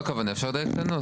אסור לי להגיד לי את זה.